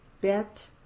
bet